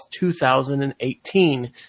2018